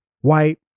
white